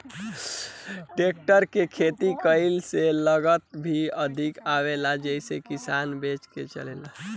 tractor से खेती कईला से लागत भी अधिक आवेला जेइसे किसान बचे के चाहेलन